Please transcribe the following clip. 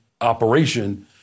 operation